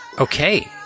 Okay